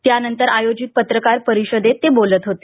त्यानंतर आयोजित पत्रकार परिषदेत ते बोलत होते